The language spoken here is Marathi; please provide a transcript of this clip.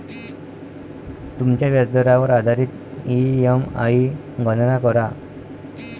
तुमच्या व्याजदरावर आधारित ई.एम.आई गणना करा